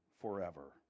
forever